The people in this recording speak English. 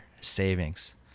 savings